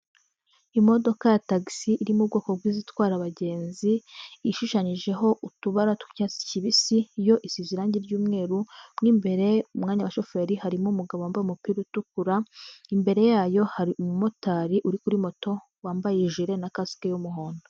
Imodoka ya tagisi, iri mu bwoko bw'izitwara abagenzi, ishushanyijeho utubara tw'icyatsi kibisi, yo isize irangi ry'umweru, mo imbere mu mwanya wa shoferi harimo umugabo wambaye umupira utukura, imbere yayo hari umu motari uri kuri moto wambaye jire na kasike y'umuhondo.